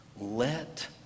Let